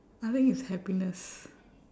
I think it's happiness